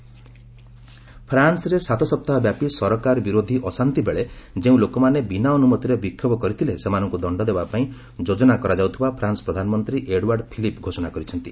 France protest ଫ୍ରାନ୍ନରେ ସାତ ସପ୍ତାହ ବ୍ୟାପି ସରକାର ବିରୋଧୀ ଅଶାନ୍ତି ବେଳେ ଯେଉଁ ଲୋକମାନେ ବିନା ଅନୁମତିରେ ବିକ୍ଷୋଭ କରିଥିଲେ ସେମାନଙ୍କୁ ଦଣ୍ଡ ଦେବା ପାଇଁ ଯୋଜନା କରୁଥିବା ଫ୍ରାନ୍ନ ପ୍ରଧାନମନ୍ତ୍ରୀ ଏଡୱାର୍ଡ ଫିଲିପ୍ ଘୋଷଣା କରିଛନ୍ତି